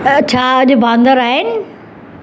छा अॼु बांदर आहिनि